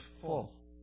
full